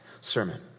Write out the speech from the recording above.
sermon